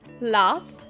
Laugh